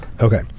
Okay